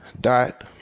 dot